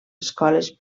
escoles